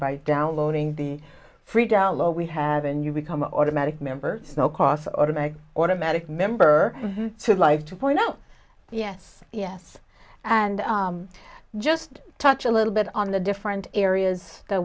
by downloading the free download we have and you become automatic members no cost or to make automatic member to live to point out yes yes and just touch a little bit on the different areas that